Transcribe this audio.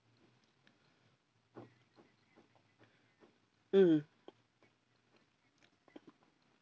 mm